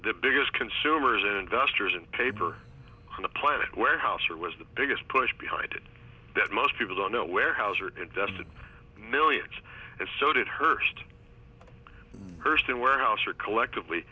the biggest consumers investors and paper on the planet warehouse or was the biggest push behind it that most people don't know where hauser invested millions and so did her first person warehouse or collectively